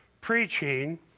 preaching